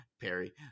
Perry